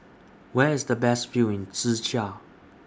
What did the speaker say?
Where IS The Best View in Czechia